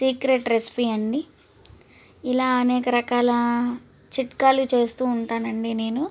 secret recipe అండి ఇలా అనేక రకాల చిట్కాలు చేస్తు ఉంటానండి నేను